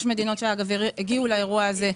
ואגב, יש מדינות שהגיעו לאירוע הזה,